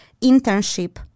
internship